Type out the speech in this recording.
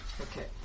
Okay